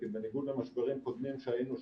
כי בניגוד למשברים קודמים שהיינו,